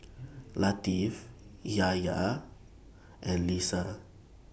Latif Yahaya and Lisa